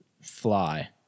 fly